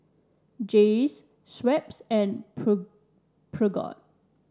Jays Schweppes and Peugeot